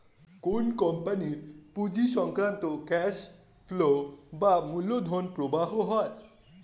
কোন কোম্পানির পুঁজি সংক্রান্ত ক্যাশ ফ্লো বা মূলধন প্রবাহ হয়